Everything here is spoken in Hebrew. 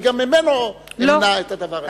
אני גם ממנו אמנע את הדבר הזה?